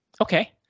Okay